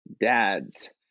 dads